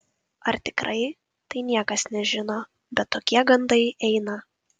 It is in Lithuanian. ar tikrai tai niekas nežino bet tokie gandai eina